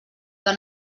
que